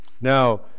Now